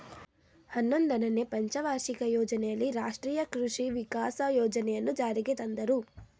ಹನ್ನೊಂದನೆನೇ ಪಂಚವಾರ್ಷಿಕ ಯೋಜನೆಯಲ್ಲಿ ರಾಷ್ಟ್ರೀಯ ಕೃಷಿ ವಿಕಾಸ ಯೋಜನೆಯನ್ನು ಜಾರಿಗೆ ತಂದರು